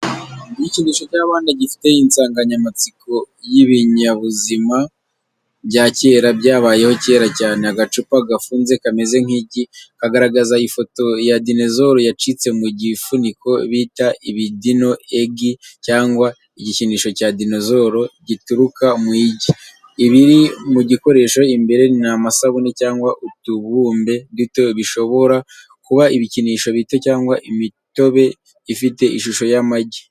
Igikinisho cy’abana gifite insanganyamatsiko y'ibinyabuzima bya kera byabayeho kera cyane. Agacupa gafunze kameze nk’igi, kagaragaza ifoto ya dinosaur yacitse mu gifuniko bita ibi dino egi cyangwa igikinisho cya dinozoro gituruka mu igi. Ibiri mu gikoresho imbere ni amasabune cyangwa utubumbe duto bishobora kuba ibikinisho bito cyangwa imitobe ifite ishusho y’amagi.